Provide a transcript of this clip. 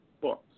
books